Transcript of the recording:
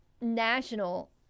national